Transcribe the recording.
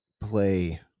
play